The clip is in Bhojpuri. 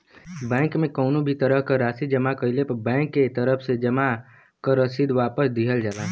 बैंक में कउनो भी तरह क राशि जमा कइले पर बैंक के तरफ से जमा क रसीद वापस दिहल जाला